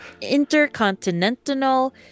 Intercontinental